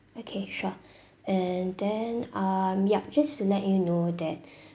okay sure and then um yup just to let you know that